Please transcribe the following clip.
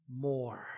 more